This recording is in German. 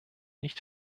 nicht